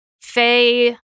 Faye